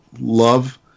love